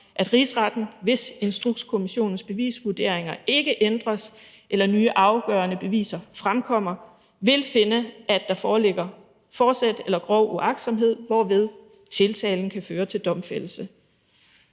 at Rigsretten, hvis Instrukskommissionens bevisvurderinger ikke ændres eller nye afgørende beviser fremkommer, vil finde, at der foreligger forsæt eller grov uagtsomhed, hvorved tiltalen kan føre til domfældelse.